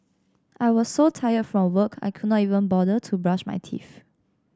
I was so tired from work I could not even bother to brush my teeth